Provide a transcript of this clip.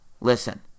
Listen